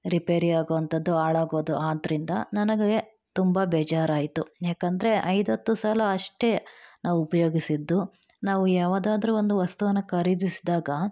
ರಿಪೇರಿಯಾಗುವಂಥದ್ದು ಹಾಳಾಗೋದು ಆದ್ದರಿಂದ ನನಗೆ ತುಂಬ ಬೇಜಾರಾಯಿತು ಯಾಕೆಂದರೆ ಐದತ್ತು ಸಲ ಅಷ್ಟೇ ನಾವು ಉಪಯೋಗಿಸಿದ್ದು ನಾವು ಯಾವುದಾದ್ರು ಒಂದು ವಸ್ತುವನ್ನು ಖರೀದಿಸಿದಾಗ